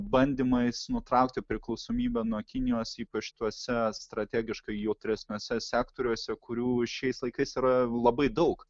bandymais nutraukti priklausomybę nuo kinijos ypač tuose strategiškai jautresniuose sektoriuose kurių šiais laikais yra labai daug